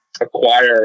acquire